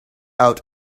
out